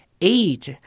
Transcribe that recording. eight